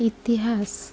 ଇତିହାସ